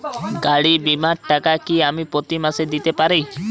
গাড়ী বীমার টাকা কি আমি প্রতি মাসে দিতে পারি?